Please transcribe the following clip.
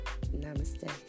Namaste